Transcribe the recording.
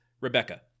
Rebecca